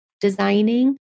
designing